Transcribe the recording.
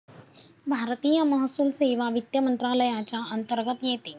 भारतीय महसूल सेवा वित्त मंत्रालयाच्या अंतर्गत येते